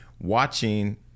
watching